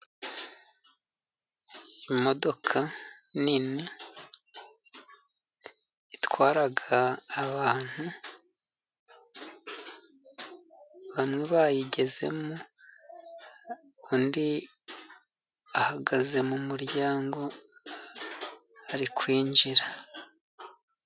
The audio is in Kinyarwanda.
Imodoka nini itwara abantu, bamwe bayigezemo, undi ahagaze mu muryango, ari kwinjira.